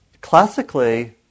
Classically